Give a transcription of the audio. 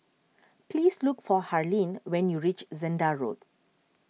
please look for Harlene when you reach Zehnder Road